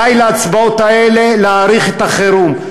די להצבעות האלה להאריך את החירום.